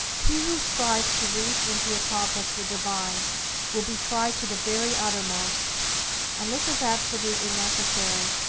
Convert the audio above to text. he who strives to reach and to accomplish the divine will be tried to the very uttermost and this is absolutely necessary,